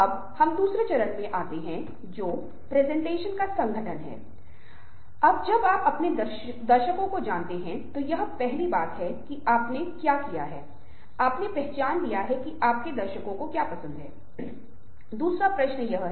अब यह सच था प्राचीन काल में जो आज भी सच है लेकिन आज जो सत्य है वह यह है कि हमारे पास दृश्यों को हेरफेर करने की क्षमता है क्योंकि हमारे संचार वातावरण में दृश्य बनाने और संवाद करने की क्षमता है